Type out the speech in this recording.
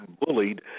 bullied